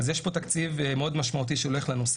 אז יש תקציב מאוד משמעותי שהולך לנושא